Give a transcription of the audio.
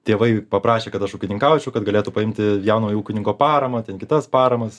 tėvai paprašė kad aš ūkininkaučiau kad galėtų paimti jaunojo ūkininko paramą ten kitas paramas